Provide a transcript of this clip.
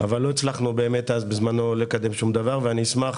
אבל לא הצלחנו לקדם משהו, ואשמח